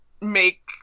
make